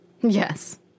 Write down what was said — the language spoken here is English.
Yes